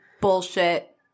Bullshit